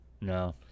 No